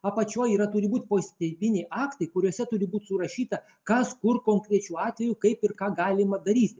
apačioj yra turi būt poįstatyminiai aktai kuriuose turi būti surašyta kas kur konkrečiu atveju kaip ir ką galima daryti